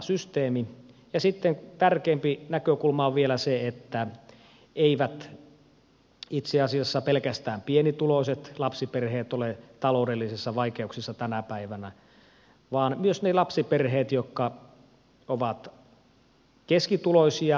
sitten tärkeämpi näkökulma on vielä se että eivät itse asiassa pelkästään pienituloiset lapsiperheet ole taloudellisissa vaikeuksissa tänä päivänä vaan myös ne lapsiperheet jotka ovat keskituloisia